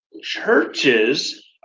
churches